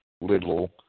Little